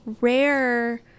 rare